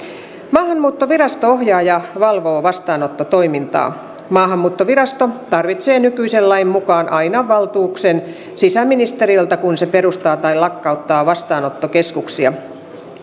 maahanmuuttovirasto ohjaa ja valvoo vastaanottotoimintaa maahanmuuttovirasto tarvitsee nykyisen lain mukaan aina valtuutuksen sisäministeriöltä kun se perustaa tai lakkauttaa vastaanottokeskuksia